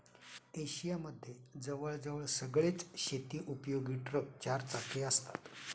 Asia मध्ये जवळ जवळ सगळेच शेती उपयोगी ट्रक चार चाकी असतात